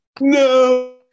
No